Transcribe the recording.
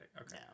okay